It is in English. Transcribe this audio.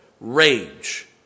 rage